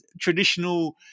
traditional